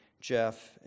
Jeff